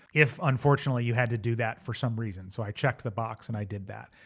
if unfortunately, you had to do that for some reason. so i checked the box and i did that.